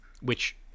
Which-